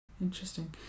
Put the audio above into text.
Interesting